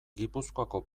gipuzkoako